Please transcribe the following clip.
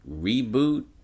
reboot